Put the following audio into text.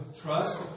trust